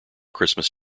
christmas